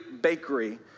Bakery